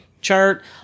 chart